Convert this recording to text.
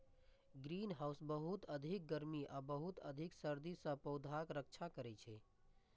greenhouse बहुत अधिक गर्मी आ बहुत अधिक सर्दी सं पौधाक रक्षा करै छै